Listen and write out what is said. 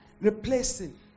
Replacing